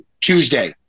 Tuesday